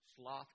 Sloth